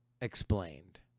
explained